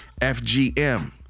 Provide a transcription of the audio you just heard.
FGM